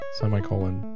Semicolon